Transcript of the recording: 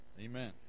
Amen